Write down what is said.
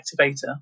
activator